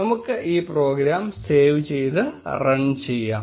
നമുക്ക് ഈ program save ചെയ്ത് റൺ ചെയ്യാം